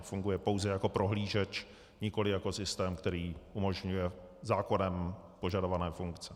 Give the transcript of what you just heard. Funguje pouze jako prohlížeč, nikoli jako systém, který umožňuje zákonem požadované funkce.